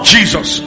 Jesus